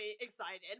excited